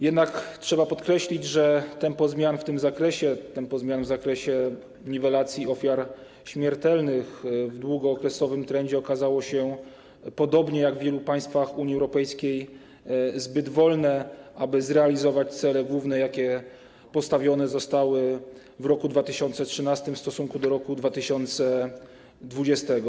Jednak trzeba podkreślić, że tempo zmian w tym zakresie, tempo zmian w zakresie niwelacji ofiar śmiertelnych w długookresowym trendzie okazało się - podobnie jak w wielu państwach Unii Europejskiej - zbyt wolne, aby zrealizować główne cele, jakie zostały postawione w roku 2013 w stosunku do roku 2020.